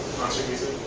concert music?